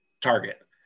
Target